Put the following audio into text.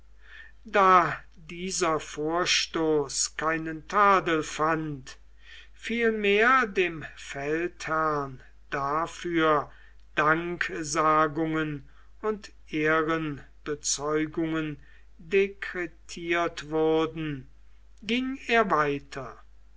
da dieser vorstoß keinen tadel fand vielmehr dem feldherrn dafür danksagungen und ehrenbezeugungen dekretiert wurden ging er weiter